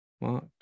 Mark